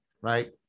right